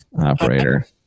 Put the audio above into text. operator